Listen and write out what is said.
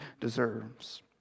deserves